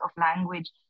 language